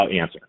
answer